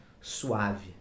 suave